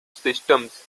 systems